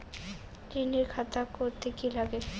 ঋণের খাতা করতে কি লাগে?